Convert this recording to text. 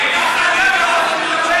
זה בניגוד להחלטת האו"ם.